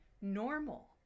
normal